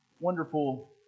wonderful